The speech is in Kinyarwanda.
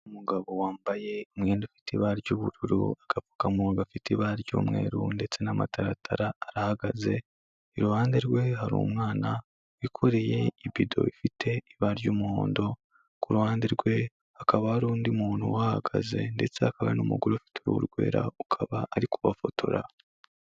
Umugabo wambaye umwenda ufite ibara ry'ubururu, agapfukamunwa gafite ibara ry'umweru ndetse n'amataratara arahagaze, iruhande rwe hari umwana wikoreye ibido ifite ibara ry'umuhondo, ku ruhande rwe hakaba hari undi muntu uhahagaze ndetse hakaba n'umugore ufite uruhu rwera akaba ari kubafotora.